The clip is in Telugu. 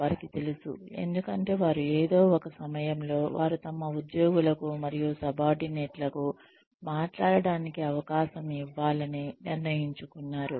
వారికి తెలుసు ఎందుకంటే వారు ఏదో ఒక సమయంలో వారు తమ ఉద్యోగులకు మరియు సబార్డినేట్లకు మాట్లాడటానికి అవకాశం ఇవ్వాలని నిర్ణయించుకున్నారు